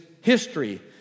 history